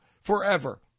forever